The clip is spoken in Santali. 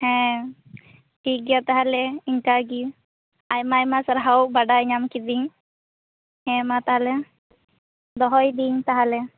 ᱦᱮᱸ ᱴᱷᱤᱠᱜᱮᱭᱟ ᱛᱟᱦᱮᱞᱮ ᱤᱱᱠᱟᱹᱜᱮ ᱟᱭᱢᱟ ᱟᱭᱢᱟ ᱥᱟᱨᱦᱟᱣ ᱵᱟᱰᱟᱭ ᱧᱟᱢ ᱠᱤᱫᱟᱹᱧ ᱦᱮᱸ ᱢᱟ ᱛᱟᱦᱚᱞᱮ ᱫᱚᱦᱚᱭᱤᱫᱟᱹᱧ ᱛᱟᱦᱚᱞᱮ